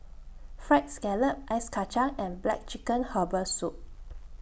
Fried Scallop Ice Kacang and Black Chicken Herbal Soup